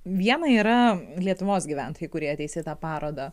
viena yra lietuvos gyventojai kurie ateis į tą parodą